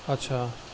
अच्छा